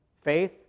faith